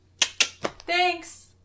Thanks